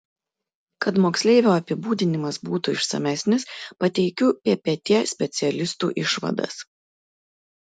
kad moksleivio apibūdinimas būtų išsamesnis pateikiu ppt specialistų išvadas